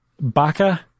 Baka